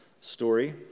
story